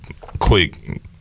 quick